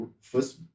first